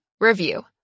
Review